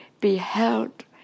beheld